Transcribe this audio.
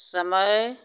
समय